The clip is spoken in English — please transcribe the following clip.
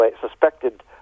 suspected